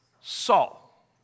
Saul